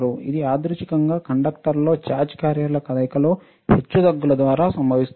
ఇది యాదృచ్ఛికంగా కండక్టర్లో చార్జ్డ్ క్యారియర్ల కదలికలో హెచ్చుతగ్గులు ద్వారా సంభవిస్తుంది